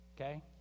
okay